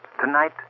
Tonight